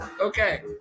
Okay